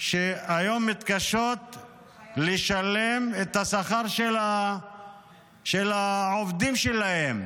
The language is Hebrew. שמתקשות לשלם את השכר של העובדים שלהן.